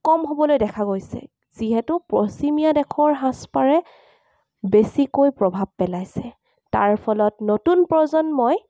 কম হ'বলৈ দেখা গৈছে যিহেতু পশ্চিমীয়া দেশৰ সাজপাৰে বেছিকৈ প্ৰভাৱ পেলাইছে তাৰ ফলত নতুন প্ৰজন্মই